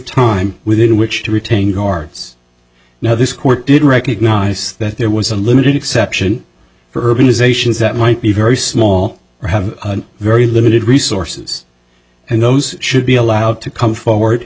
time within which to retain guards now this court did recognize that there was a limited exception for urbanisation is that might be very small have very limited resources and those should be allowed to come forward